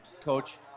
Coach